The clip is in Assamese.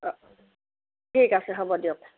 অঁ ঠিক আছে হ'ব দিয়ক